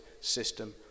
system